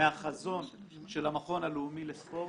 מהחזון של המכון הלאומי לספורט.